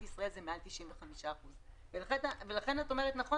ישראל זה מעל 95 אחוזים ולכן אומרת נכון